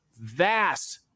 vast